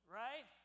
right